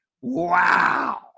Wow